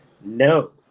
no